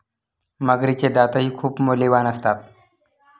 मगरीचे दातही खूप मौल्यवान असतात